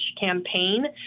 campaign